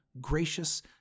gracious